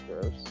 gross